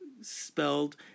spelled